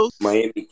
Miami